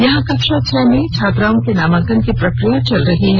यहां कक्षा छह में छात्राओं के नामांकन की प्रक्रिया चल रही है